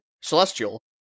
celestial